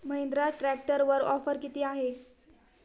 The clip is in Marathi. महिंद्रा ट्रॅक्टरवर ऑफर किती आहे?